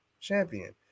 champion